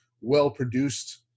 well-produced